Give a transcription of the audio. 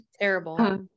Terrible